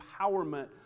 empowerment